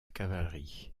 cavalerie